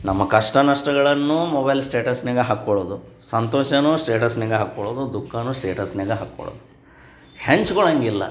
ನಮ್ಮ ಕಷ್ಟ ನಷ್ಟಗಳನ್ನೂ ಮೊಬೈಲ್ ಸ್ಟೇಟಸ್ನಾಗ ಹಾಕಿಕೊಳ್ಳೋದು ಸಂತೋಷನೂ ಸ್ಟೇಟಸ್ನಾಗ ಹಾಕಿಕೊಳ್ಳೋದು ದುಃಖನೂ ಸ್ಟೇಟಸ್ನಾಗ ಹಾಕ್ಕೊಳ್ಳೋದು ಹಂಚ್ಕೊಳ್ಳಂಗಿಲ್ಲ